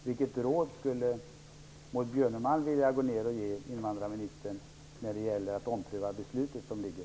Vilket råd skulle hon vilja ge invandrarministern när det gäller att ompröva det beslut som ligger?